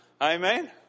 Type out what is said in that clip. Amen